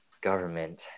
government